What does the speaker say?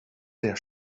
der